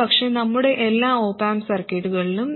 പക്ഷേ നമ്മുടെ എല്ലാ ഒപ് ആമ്പ് സർക്യൂട്ടുകളിലും